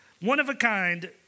one-of-a-kind